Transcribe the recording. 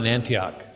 Antioch